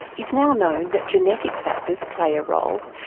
it's now known that genetic factors play a role,